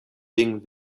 ding